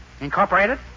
Incorporated